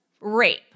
rape